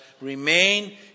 remain